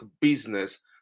business